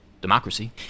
democracy